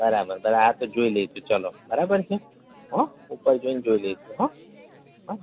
બરાબર હાં તો જોઈ લઈશું ચલો બરાબર છે હોં ઉપર જઈને જોઈ લઈશું હોં